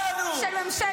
וחברים, ממשל